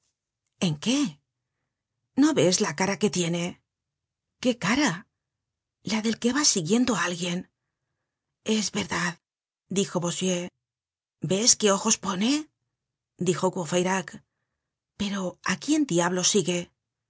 en qué no ves la cara que tiene qué cara la del que va siguiendo á alguien es verdad dijo bossuet ves qué ojos pone dijo courfeyrac pero á quién diablos sigue